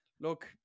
look